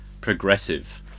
progressive